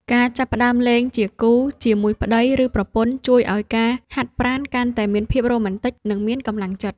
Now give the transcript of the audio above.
ការចាប់ផ្ដើមលេងជាគូជាមួយប្ដី ឬប្រពន្ធជួយឱ្យការហាត់ប្រាណកាន់តែមានភាពរ៉ូមែនទិក និងមានកម្លាំងចិត្ត។